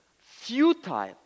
futile